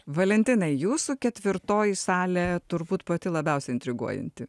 valentinai jūsų ketvirtoji salė turbūt pati labiausiai intriguojanti